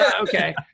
Okay